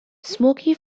smoky